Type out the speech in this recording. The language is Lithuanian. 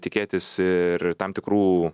tikėtis ir tam tikrų